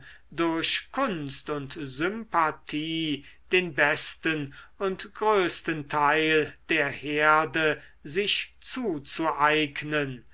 durch kunst und sympathie den besten und größten teil der herde sich zuzueignen